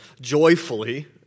joyfully